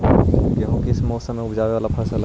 गेहूं किस मौसम में ऊपजावे वाला फसल हउ?